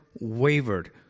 wavered